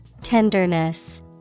Tenderness